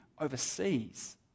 overseas